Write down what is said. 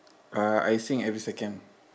uh I sing every second